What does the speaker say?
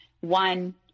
one